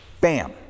bam